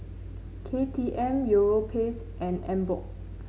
K T M Europace and Emborg